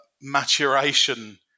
maturation